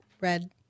red